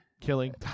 Killing